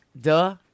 Duh